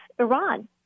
Iran